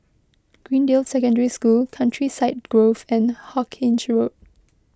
Greendale Secondary School Countryside Grove and Hawkinge Road